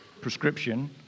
prescription